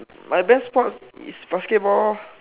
my best sport is basketball lor